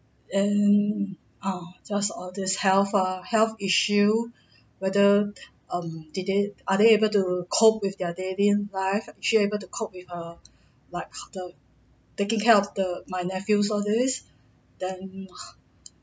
and uh just all this health ah health issue whether um did they are they able to cope with their daily life she able to cope with her like the taking care of the my nephew all this then